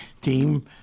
team